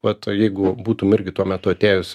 vat jeigu būtum irgi tuo metu atėjus